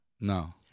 No